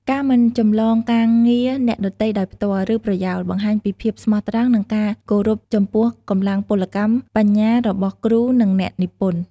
ការ មិនចម្លងការងារអ្នកដទៃដោយផ្ទាល់ ឬប្រយោល បង្ហាញពីភាពស្មោះត្រង់ និងការគោរពចំពោះកម្លាំងពលកម្មបញ្ញារបស់គ្រូ និងអ្នកនិពន្ធ។